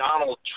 Donald